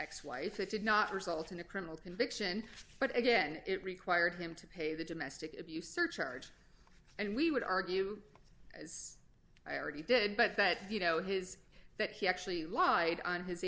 ex wife that did not result in a criminal conviction but again it required him to pay the domestic abuse surcharge and we would argue as i already did but that you know his that he actually lied on his